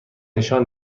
نشان